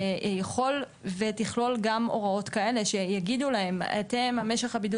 יכול ותכלול גם הוראות כאלה שיגידו לאנשים שמשך הבידוד